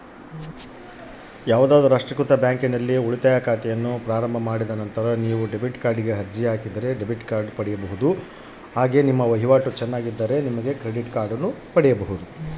Credit card ಮತ್ತು debit card ನಾನು ಹೇಗೆ ಪಡೆಯಬಹುದು?